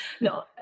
No